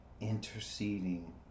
interceding